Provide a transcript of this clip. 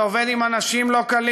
אתה עובד עם אנשים לא קלים.